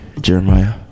Jeremiah